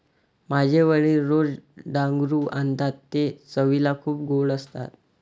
माझे वडील रोज डांगरू आणतात ते चवीला खूप गोड असतात